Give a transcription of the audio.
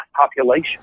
population